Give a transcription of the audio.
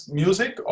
music